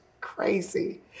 crazy